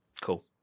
cool